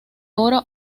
oro